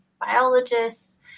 biologists